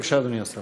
בבקשה, אדוני השר.